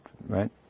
right